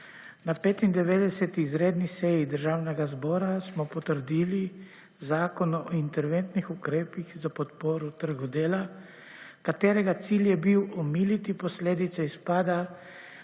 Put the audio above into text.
Na 95. izredni seji Državnega zbora smo potrdili zakon o interventnih ukrepih za podporo trgu dela, katerega cilj je bil omiliti posledice izpada